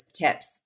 tips